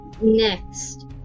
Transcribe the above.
Next